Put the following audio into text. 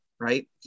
Right